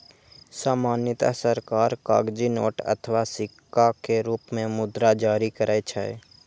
सामान्यतः सरकार कागजी नोट अथवा सिक्का के रूप मे मुद्रा जारी करै छै